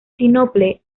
sinople